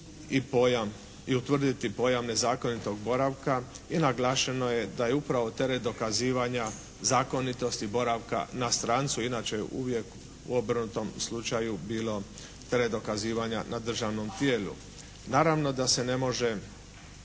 i utvrditi pojam nezakonitog boravka. I naglašeno je da je upravo teret dokazivanja zakonitosti boravka na strancu, inače uvijek u obrnutom slučaju bilo teret dokazivanja na državnom tijelu. Naravno da se ne može